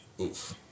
Oof